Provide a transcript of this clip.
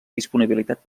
disponibilitat